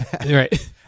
Right